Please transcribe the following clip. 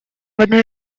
одной